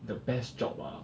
the best job ah